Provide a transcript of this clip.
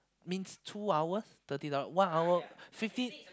means two hours thirty dollar one hour fifty